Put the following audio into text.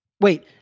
Wait